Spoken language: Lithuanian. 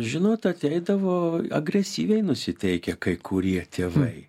žinot ateidavo agresyviai nusiteikę kai kurie tėvai